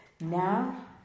Now